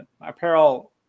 Apparel